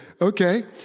Okay